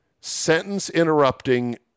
sentence-interrupting –